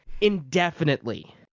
indefinitely